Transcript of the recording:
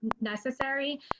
necessary